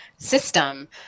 System